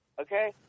Okay